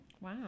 Wow